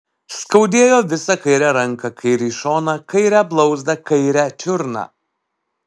skaudėjo visą kairę ranką kairį šoną kairę blauzdą kairę čiurną